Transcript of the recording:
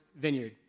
vineyard